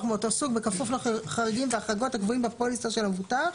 מאותו סוג בכפוף לחריגים והחרגות הקבועים בפוליסה של המבוטח